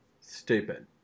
Stupid